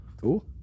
Cool